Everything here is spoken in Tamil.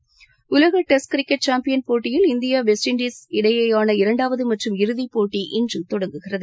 டெஸ்க் உலக டெஸ்ட் கிரிக்கெட் சாம்பியன் போட்டியில் இந்தியா வெஸ்ட் இன்டஸ் இடையேயான இரண்டாவது மற்றும் இறுதிப் போட்டி இன்று தொடங்குகிறது